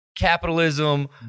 capitalism